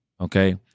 okay